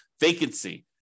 vacancy